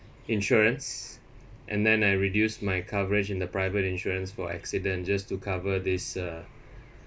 insurance and then I reduced my coverage in the private insurance for accident just to cover this uh